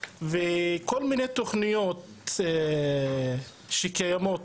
וכל מיני תוכניות שקיימות